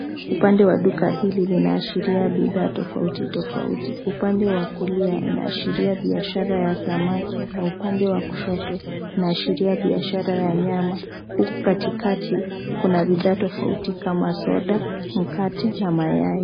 Upande wa duka hili linaashiria bidhaa tofauti tofauti. Uande wa kulia unaashiria biashara ya samaki na upande wa kushoto unaashiria biashara ya nyama huku katikati kuna bidhaa tofauti kama soda, mkate na mayai.